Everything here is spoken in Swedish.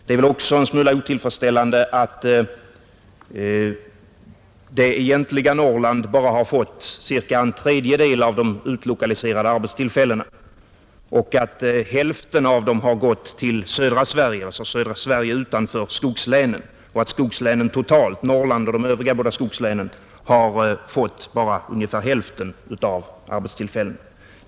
Det är väl också en smula otillfredsställande att det egentliga Norrland bara har fått ca en tredjedel av de utlokaliserade arbetstillfällena och att hälften av dem har gått till södra Sverige utanför skogslänen samt att skogslänen totalt — Norrland och de båda övriga skogslänen — har fått bara ungefär hälften av arbetstillfällena.